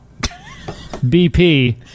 BP